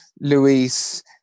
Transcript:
Luis